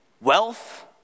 wealth